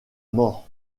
mort